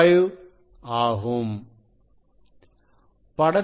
55 ஆகும்